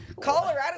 Colorado